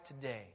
today